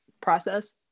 process